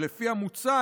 ולפי המוצע,